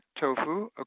tofu